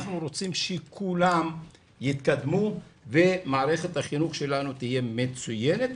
אנחנו רוצים שכולם יתקדמו ומערכת החינוך שלנו תהיה מצוינת,